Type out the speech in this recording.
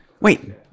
wait